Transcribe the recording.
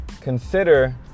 consider